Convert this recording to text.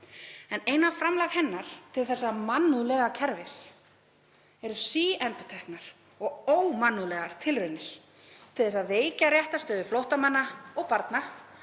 En eina framlag hennar til þessa mannúðlega kerfis eru síendurteknar og ómannúðlegar tilraunir til að veikja réttarstöðu flóttamanna og barna